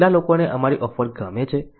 કેટલા લોકોને અમારી ઓફર ગમે છે